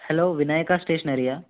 hello Vinayaka స్టేషనరీయా